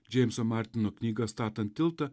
džeimso martino knyga statant tiltą